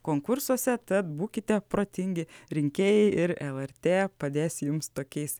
konkursuose tad būkite protingi rinkėjai ir lrt padės jums tokiais